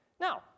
Now